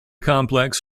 complex